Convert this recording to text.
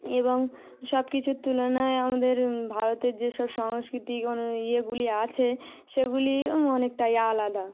এবং সব কিছুর তুলনায় আমাদের ভারতের যে সব সাংস্কৃতিক অনু ইয়েগুলি আছে সেগুলি অনেকটাই আলাদা